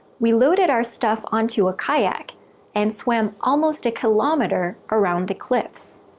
we loaded our stuff onto a kayak and swam almost a kilometre around the cliffs.